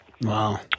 Wow